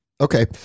Okay